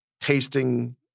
tasting